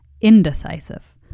indecisive